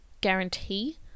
guarantee